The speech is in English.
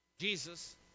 Jesus